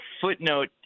footnote